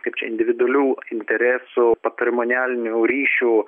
kaip čia individualių interesų patrimonialinių ryšių